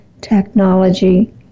technology